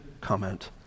comment